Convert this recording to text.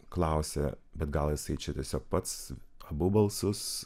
klausė bet gal jisai čia tiesiog pats abu balsus